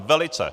Velice.